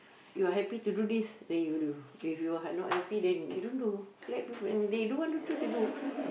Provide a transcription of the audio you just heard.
you are happy to do this then you do if you are not happy then you don't do let people and they do want to do they do lah